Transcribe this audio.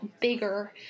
bigger